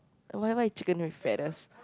why why chicken with feathers